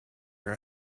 are